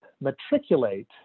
matriculate